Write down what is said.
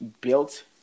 Built